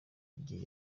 igihe